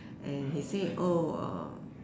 and he said oh um